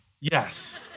Yes